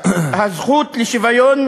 גם הזכות להכניס לי סכין